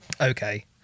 okay